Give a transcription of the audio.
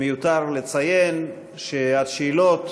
מיותר לציין שהשאלות